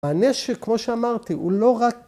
‫הנשק, כמו שאמרתי, הוא לא רק...